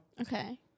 Okay